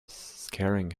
scaring